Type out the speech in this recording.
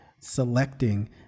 selecting